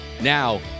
Now